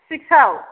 सिक्सआव